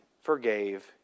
forgave